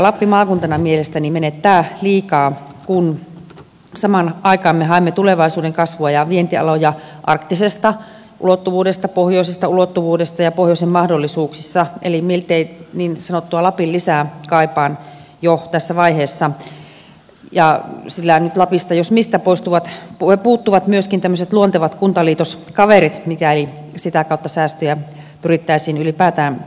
lappi maakuntana mielestäni menettää liikaa kun samaan aikaan me haemme tulevaisuuden kasvua ja vientialoja arktisesta ulottuvuudesta pohjoisesta ulottuvuudesta ja pohjoisen mahdollisuuksista eli miltei niin sanottua lapin lisää kaipaan jo tässä vaiheessa sillä lapista jos mistä puuttuvat myöskin tämmöiset luontevat kuntaliitoskaverit mikäli sitä kautta säästöjä pyrittäisiin ylipäätään hakemaan